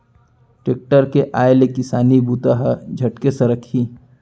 tractor के आय ले किसानी काम बूता ह झटके सरकही